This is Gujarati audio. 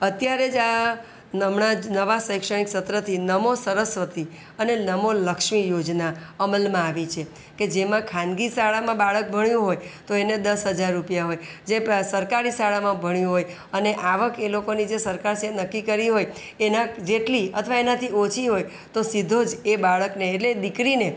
અત્યારે જ આ હમણાં જ નવાં શૈક્ષણિક સત્રથી નમો સરસ્વતી અને નમો લક્ષ્મી યોજના અમલમાં આવી છે કે જેમાં ખાનગી શાળામાં બાળક ભણ્યું હોય તો એને દસ હજાર રૂપિયા હોય જે સરકારી શાળામાં ભણ્યો હોય અને આવક એ લોકોની જે સરકાર શ્રીએ નક્કી કરી હોય એનાં જેટલી અથવા એનાથી ઓછી હોય તો સીધો જ એ બાળકને એટલે દીકરીને